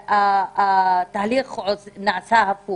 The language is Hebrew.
התהליך נעשה הפוך